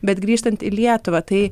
bet grįžtant į lietuvą tai